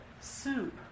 soup